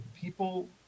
people